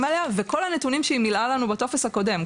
עליה וכל הנתונים שהיא מילאה לנו בטופס הקודם,